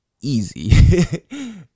easy